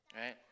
right